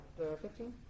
15